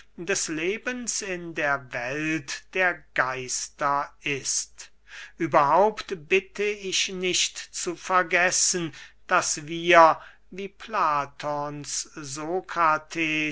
des lebens in der welt der geister ist überhaupt bitte ich nicht zu vergessen daß wir wie